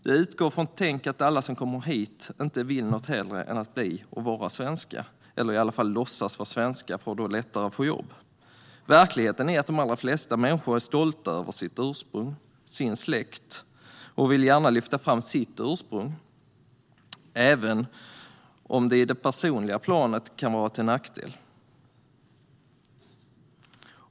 Det utgår från ett tänk att alla som kommer hit inte vill något hellre än att bli och vara svenska - eller i alla fall låtsas vara svenska för att lättare få jobb. Verkligheten är att de allra flesta människor är stolta över sitt ursprung och sin släkt och gärna vill lyfta fram sitt ursprung, även om det på det personliga planet kan vara till nackdel.